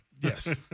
Yes